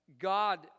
God